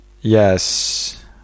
Yes